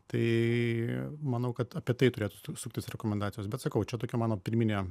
tai manau kad apie tai turėtų suktis rekomendacijos bet sakau čia tokia mano pirminė